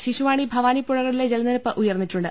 ശിരുവാണി ഭവാനിപ്പു ഴകളിലെ ജലനിരപ്പ് ഉയർന്നിട്ടുണ്ട്